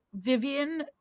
Vivian